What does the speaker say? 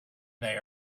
they